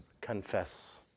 confess